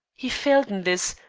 he failed in this,